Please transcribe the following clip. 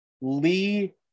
Lee